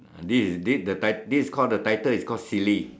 this is this the title this is called the title is called silly